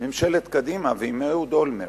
ממשלת קדימה ועם אהוד אולמרט.